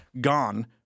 Gone –